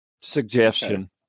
suggestion